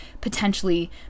potentially